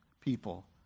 people